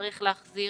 צריך להחזיר;